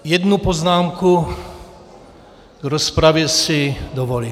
Jednu poznámku k rozpravě si dovolím.